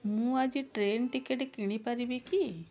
ମୁଁ ଆଜି train ticket କିଣି ପାରିବି କି